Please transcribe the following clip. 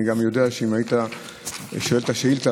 אני גם יודע שאם היית שואל את השאילתה